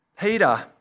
Peter